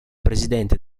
presidente